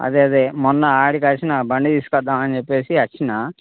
అదే అదే మొన్న ఆడ కలిసినా బండి తీసుకొద్దామని చెప్పేసి వచ్చినా